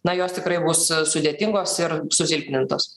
na jos tikrai mūsų sudėtingos ir susilpnintos